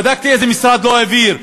בדקתי איזה משרד לא העביר,